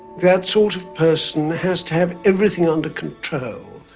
that sort of person has to have everything under control.